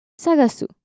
Sagasu